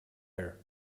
her